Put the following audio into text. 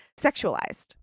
sexualized